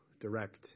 direct